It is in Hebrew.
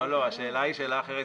השאלה היא שאלה אחרת.